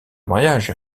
mariage